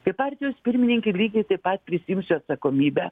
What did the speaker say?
kaip partijos pirmininkė lygiai taip pat prisiimsiu atsakomybę